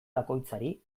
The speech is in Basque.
bakoitzari